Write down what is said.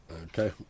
Okay